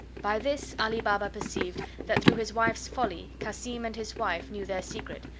by this ali baba perceived that through his wife's folly cassim and his wife knew their secret,